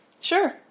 Sure